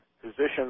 physicians